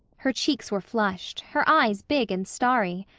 her cheeks were flushed, her eyes big and starry.